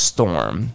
Storm